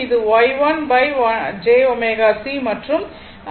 இது Y1j ω C ஆகும்